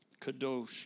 Kadosh